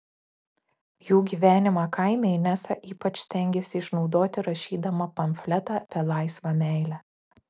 jų gyvenimą kaime inesa ypač stengėsi išnaudoti rašydama pamfletą apie laisvą meilę